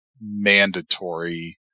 mandatory